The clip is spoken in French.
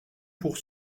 pour